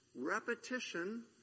Repetition